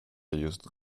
just